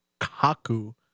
kaku